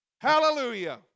Hallelujah